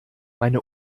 meine